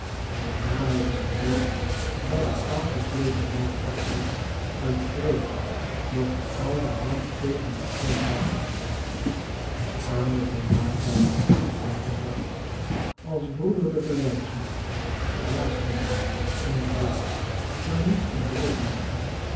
waarna hij zijn broer bij de kaal gesleten mouw pakte uit vrees dat de oude man tegen de pomp zou aanloopen aan de volmaaktheid van zijn karakter als broederlijke leidsman raadsman en vriend zou niets ontbroken hebben